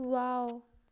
wow